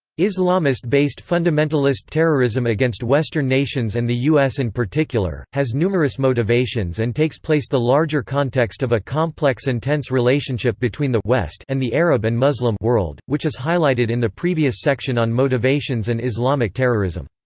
islamist-based fundamentalist terrorism against western nations and the u s. in particular, has numerous motivations and takes place the larger context of a complex and tense relationship between the west and the arab and muslim world, which is highlighted in the previous section on motivations and islamic terrorism.